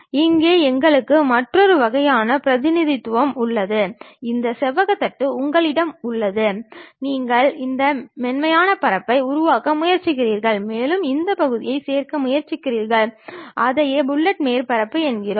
இங்கே எங்களுக்கு மற்றொரு வகையான பிரதிநிதித்துவம் உள்ளது இந்த செவ்வக தட்டு உங்களிடம் உள்ளது நீங்கள் இந்த மென்மையான மேற்பரப்பை உருவாக்க முயற்சிக்கிறீர்கள் மேலும் இந்த பகுதிகளைச் சேர்க்க முயற்சிக்கிறீர்கள் அதையே ஃபில்லட் மேற்பரப்பு என்று அழைக்கிறோம்